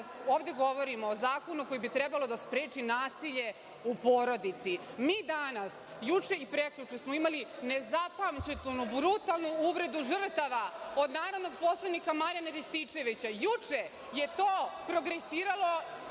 ovde govorimo o zakonu koji bi trebao da spreči nasilje u porodici. Mi danas, juče i prekjuče smo imali nezapamćenu, brutalnu uvredu žrtava od narodnog poslanika Marijana Rističevića. Juče je to progresiralo